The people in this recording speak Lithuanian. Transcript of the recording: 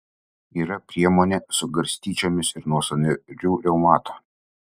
yra priemonė su garstyčiomis ir nuo sąnarių reumato